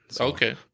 Okay